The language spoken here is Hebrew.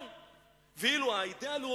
אז האידיאה האלוקית,